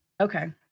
Okay